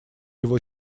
его